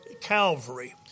Calvary